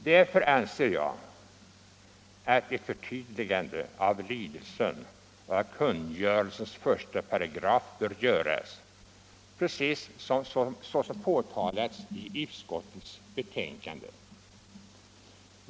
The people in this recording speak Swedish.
Därför anser jag att ett förtydligande av lydelsen i kungörelsens 1§ bör göras, såsom också påtalats i utskottets betänkande.